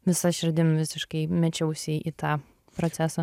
visa širdim visiškai mečiausi į tą procesą